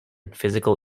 physical